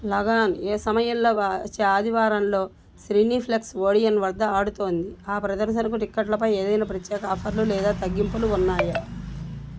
లగాన్ ఏ సమయంలోగా వచ్చే ఆదివారంలో శ్రీనీప్లెక్స్ ఓడియన్ వద్ద ఆడుతోంది ఆ ప్రదర్శనకు టిక్కెట్లపై ఏదైనా ప్రత్యేక ఆఫర్లు లేదా తగ్గింపులు ఉన్నాయా